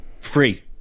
free